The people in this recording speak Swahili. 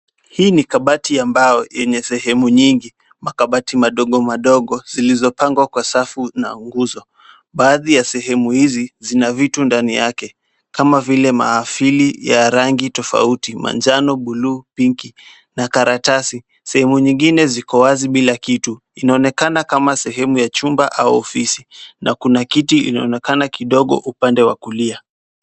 Hii ni kabati ya mbao yenye sehemu nyingi, makabati madogo madogo zilizopangwa Kwa safu na nguzo baadhi ya sehemu hizi zina vitu ndani yake kama vile maafili ya rangi tafauti manjano, buluu pinki na karatasi sehemu nyingine ziko wazi bila kitu. Inaonekana kama sehemu ya chumba au ofisi na kuna kiti inaonekana kidogo upande wa kulia.